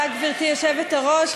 גברתי היושבת-ראש,